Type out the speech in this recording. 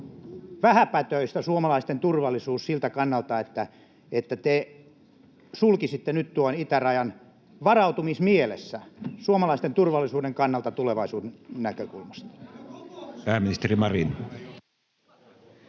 mielestänne suomalaisten turvallisuus vähäpätöistä siltä kannalta, että te sulkisitte nyt tuon itärajan varautumismielessä, suomalaisten turvallisuuden kannalta, tulevaisuuden näkökulmasta?